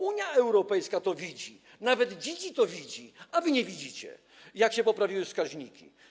Unia Europejska to widzi, nawet dzidzi to widzi, a wy nie widzicie, jak się poprawiły wskaźniki.